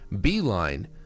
beeline